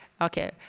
Okay